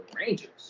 Rangers